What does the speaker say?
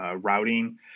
routing